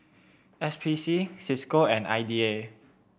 S P C Cisco and I D A